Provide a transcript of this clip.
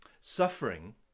Suffering